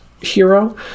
hero